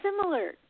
similar